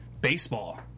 baseball